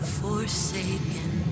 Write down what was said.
forsaken